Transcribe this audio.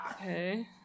Okay